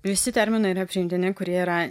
visi terminai yra priimtini kurie yra